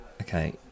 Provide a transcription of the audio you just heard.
Okay